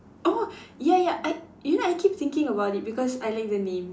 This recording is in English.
oh ya ya I you know I keep thinking about it because I like the names